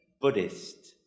Buddhist